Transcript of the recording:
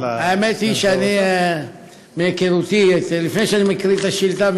האמת היא שלפני שאני מקריא את השאילתה,